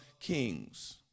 kings